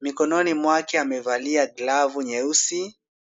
mikononi mwake amevalia glavu nyeusi.